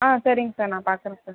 ஆம் சரிங்க சார் நான் பார்க்குறேன் சார்